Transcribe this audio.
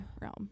realm